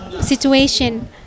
situation